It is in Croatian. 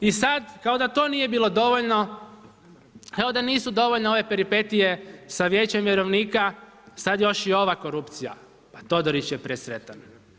I sada kao da to nije bilo dovoljno kao da nisu dovoljne ove peripetije sa Vijećem vjerovnika sada još i ova korupcija pa Todorić je presretan.